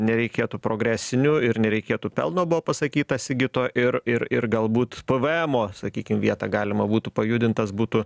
nereikėtų progresinių ir nereikėtų pelno buvo pasakyta sigito ir ir ir galbūt pėvėemo sakykim vietą galima būtų pajudint tas būtų